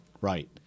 right